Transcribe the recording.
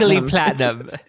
platinum